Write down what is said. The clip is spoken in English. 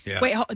Wait